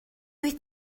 wyt